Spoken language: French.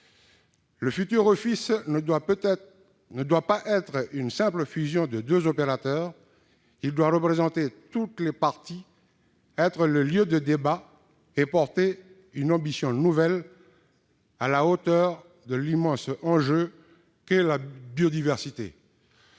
Le futur office ne doit pas être une simple fusion de deux opérateurs. Il doit représenter toutes les parties, être le lieu de débats et porter une ambition nouvelle, à la hauteur de l'immense enjeu qu'est la biodiversité.